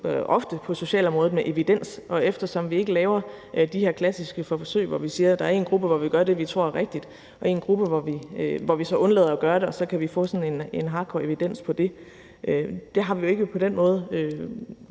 ofte på socialområdet, og vi laver ikke de her klassiske forsøg, hvor vi siger, at der er en gruppe, hvor vi gør det, vi tror er rigtigt, og en gruppe, hvor vi så undlader at gøre det – og så kan vi få sådan en hardcore evidens for det. Det har vi jo ikke på den måde,